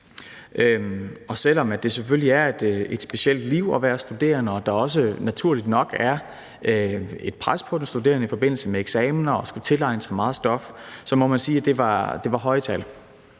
selv om det selvfølgelig er et specielt liv at være studerende og der også naturligt nok er et pres på de studerende i forbindelse med eksamener og at skulle tilegne sig meget stof, så må man sige, at der var tale